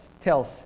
tells